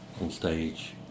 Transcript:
on-stage